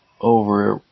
over